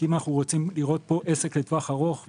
אם אנחנו רוצים לראות פה עסק לטווח ארוך,